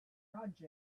launch